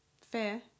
fair